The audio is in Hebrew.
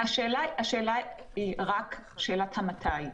השאלה היא רק שאלת ה"מתי".